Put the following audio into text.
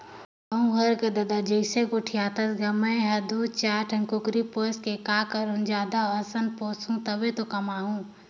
तहूँ हर ददा जइसे गोठियाथस गा मैं हर दू चायर ठन कुकरी पोयस के काय करहूँ जादा असन पोयसहूं तभे तो कमाहूं